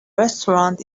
restaurant